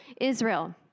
Israel